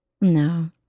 No